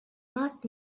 not